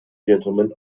gentlemen